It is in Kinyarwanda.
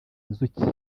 inzuki